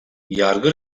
yargı